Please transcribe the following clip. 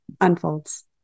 unfolds